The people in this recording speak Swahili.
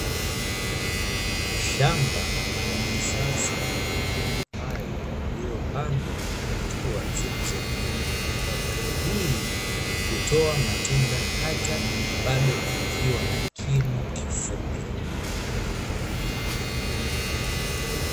Shamba la kisasa la mipapai lililopandwa kwa hatua zilizopimwa, mipapa hii hutoa matunda hata bado ikiwa na kimo kifupi.